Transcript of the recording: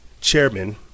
chairman